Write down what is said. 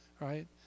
right